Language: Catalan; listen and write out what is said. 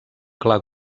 clar